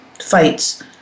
fights